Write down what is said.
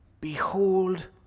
Behold